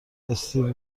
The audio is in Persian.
استیو